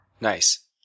Nice